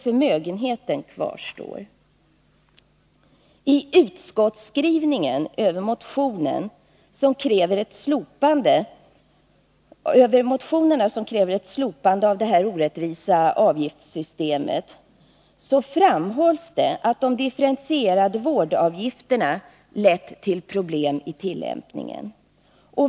Förmögenheten kvarstår alltså. I utskottets skrivning över de motioner som kräver ett slopande av det orättvisa avgiftssystemet framhålls det att de differentierade vårdavgifterna lett till problem vid tillämpningen.